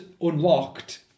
unlocked